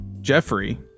Jeffrey